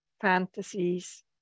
fantasies